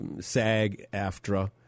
SAG-AFTRA